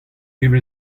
evel